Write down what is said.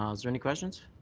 um is there any questions?